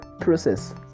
process